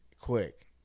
Quick